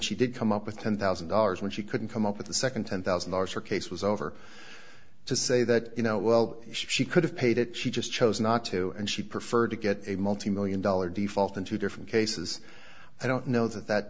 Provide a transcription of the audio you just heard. she did come up with ten thousand dollars when she couldn't come up with the second ten thousand dollars her case was over to say that you know well she could have paid it she just chose not to and she preferred to get a multimillion dollar default in two different cases i don't know that that